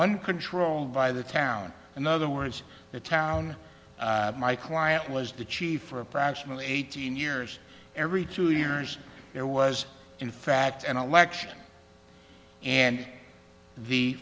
uncontrolled by the town in other words the town my client was deci for approximately eighteen years every two years it was in fact an election and the